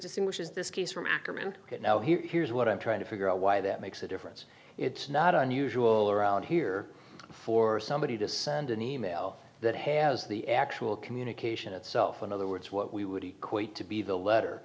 distinguishes this case from ackerman ok now here here's what i'm trying to figure out why that makes a difference it's not unusual around here for somebody to send an e mail that has the actual communication itself in other words what we would equate to be the letter